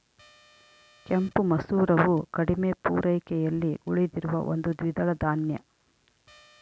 ಕೆಂಪು ಮಸೂರವು ಕಡಿಮೆ ಪೂರೈಕೆಯಲ್ಲಿ ಉಳಿದಿರುವ ಒಂದು ದ್ವಿದಳ ಧಾನ್ಯ